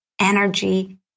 energy